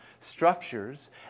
structures